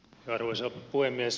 arvoisa puhemies